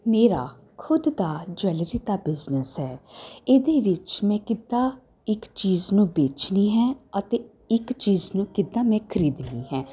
ਮੇਰਾ ਖੁਦ ਦਾ ਜਵੈਲਰੀ ਦਾ ਬਿਜਨਸ ਹੈ ਇਹਦੇ ਵਿੱਚ ਮੈਂ ਕਿੱਦਾਂ ਇਕ ਚੀਜ਼ ਨੂੰ ਵੇਚਣੀ ਹੈ ਅਤੇ ਇੱਕ ਚੀਜ਼ ਨੂੰ ਕਿੱਦਾਂ ਮੈਂ ਖਰੀਦਣੀ ਹੈ